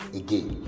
again